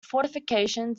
fortifications